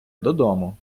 додому